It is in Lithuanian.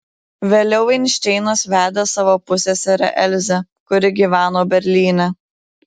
vėliau einšteinas vedė savo pusseserę elzę kuri gyveno berlyne